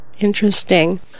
Interesting